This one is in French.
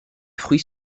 fruits